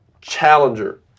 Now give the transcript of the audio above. Challenger